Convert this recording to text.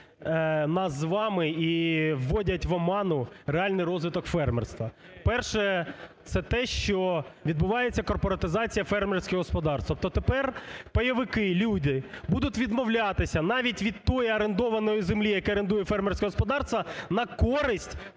нас з вами і вводять в оману реальний розвиток фермерства. Перше. Це те, що відбувається корпоратизація фермерських господарств. Тобто тепер пайовики, люди будуть відмовлятися навіть від тієї орендованої землі, яку орендує фермерське господарство, на користь